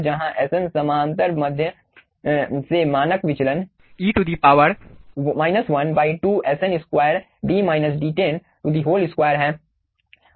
जहां Sn समांतर माध्य से मानक विचलन e to the power 1 2Sn2 2 है